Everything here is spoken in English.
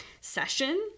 session